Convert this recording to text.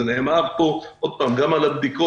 זה נאמר פה גם על הבדיקות.